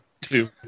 Two